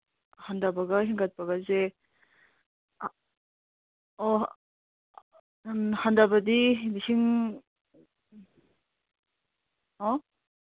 ꯍꯟꯗꯕꯒ ꯍꯦꯟꯒꯠꯄꯒꯁꯦ ꯑꯣ ꯍꯟꯗꯕꯗꯤ ꯂꯤꯁꯤꯡ ꯍꯂꯣ